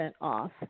off